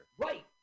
Right